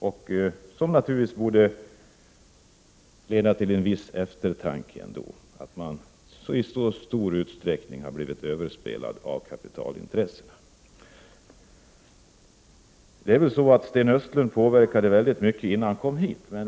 Att man i så stor utsträckning har blivit överspelad av kapitalintressena borde naturligtvis leda till en viss eftertanke. Det är väl så att Sten Östlund påverkade mycket innan han kom hit till riksdagen.